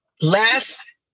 Last